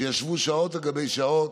שישבו שעות על גבי שעות,